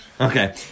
okay